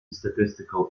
statistical